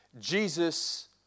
Jesus